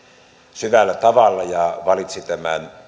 syvällä tavalla ja valitsi tämän